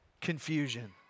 Confusion